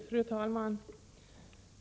Fru talman!